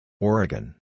Oregon